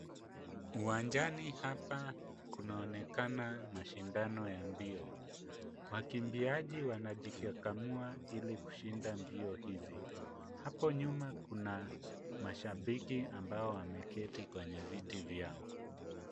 Uwanjani hapa kunaonekana mashindano ya mbio. Wakimbiaji wanajikakamua ili kushinda mbio hizi. Hapo nyuma kuna mashabiki ambao wameketi kwenye viti vyao.